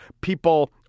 People